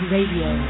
Radio